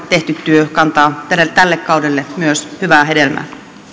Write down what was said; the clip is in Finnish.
tehty työ kantaa myös tälle kaudelle hyvää hedelmää